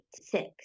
six